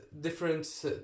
different